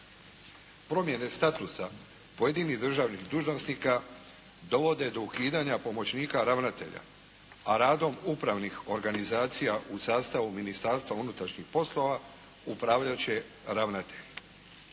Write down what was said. Promjene statusa pojedinih državnih dužnosnika dovode do ukidanja pomoćnika ravnatelja, a radom upravnih organizacija u sastavu Ministarstva unutrašnjih poslova upravljat će ravnatelj.